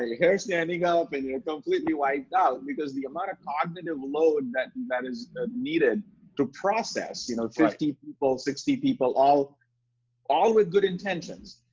ah hair standing up, and you're completely wiped out because the amount of cognitive load that and that is needed to process, you know, fifty people, sixty people, all all with good intentions,